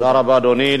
תודה רבה, אדוני.